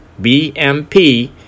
BMP